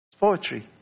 poetry